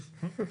השולחן.